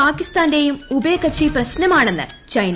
പാകിസ്ഥാന്റെയും ഉഭയകക്ഷി പ്രശ്നമാണെന്ന് ചൈന